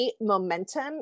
momentum